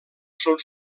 són